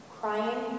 Crying